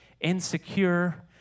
insecure